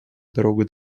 дорогу